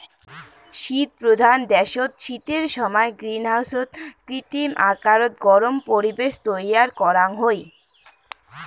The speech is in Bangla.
শীতপ্রধান দ্যাশত শীতের সমায় গ্রীনহাউসত কৃত্রিম আকারত গরম পরিবেশ তৈয়ার করাং হই